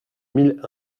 mille